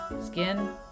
skin